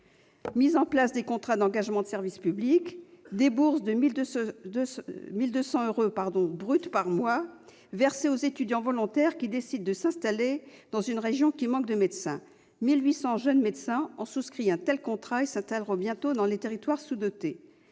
mettre en place des contrats d'engagement de service public. Des bourses de 1 200 euros bruts par mois devraient être versées aux étudiants volontaires décidant de s'installer dans une région manquant de médecins. À ce jour, 1 800 jeunes médecins ont souscrit un tel contrat et s'installeront bientôt dans des territoires sous-dotés.